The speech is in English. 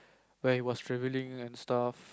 where he was travelling and stuff